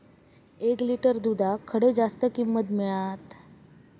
एक लिटर दूधाक खडे जास्त किंमत मिळात?